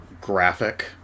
graphic